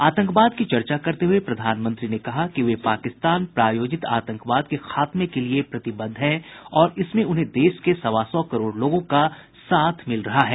आतंकवाद की चर्चा करते हुए प्रधानमंत्री ने कहा कि वे पाकिस्तान प्रायोजित आतंकवाद के खात्मे के लिये प्रतिबद्ध हैं और इसमें उन्हें देश के सवा सौ करोड़ लोगों का साथ मिल रहा है